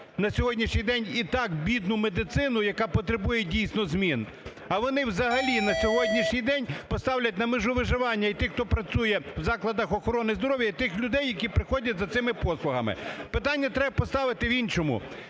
на сьогоднішній день і так бідну медицину, яка потребує, дійсно, змін, а вони взагалі на сьогоднішній день поставлять на межу виживання і тих, хто працює у закладах охорони здоров'я, і тих, людей, які приходять за цими послугами. Питання треба поставити в іншому.